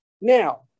Now